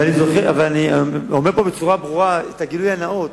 ואני אומר פה בצורה ברורה את הגילוי הנאות.